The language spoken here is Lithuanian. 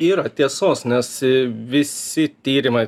yra tiesos nes visi tyrimai